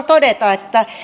todeta että